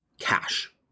cash